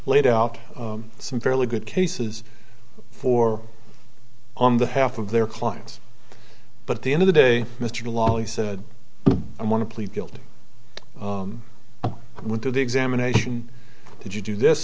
laid out some fairly good cases for on the half of their clients but the end of the day mr lawley said i want to plead guilty and went to the examination did you do this